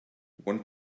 want